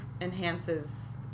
enhances